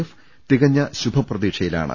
F തികഞ്ഞ ശുഭപ്രതീക്ഷയിലാണ്